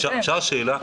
רגע, אפשר שאלה?